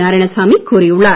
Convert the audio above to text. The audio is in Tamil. நாராயணசாமி கூறியுள்ளார்